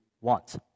want